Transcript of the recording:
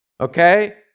okay